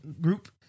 Group